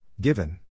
given